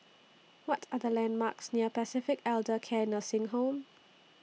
What Are The landmarks near Pacific Elder Care Nursing Home